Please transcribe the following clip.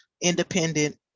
independent